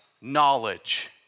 knowledge